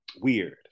weird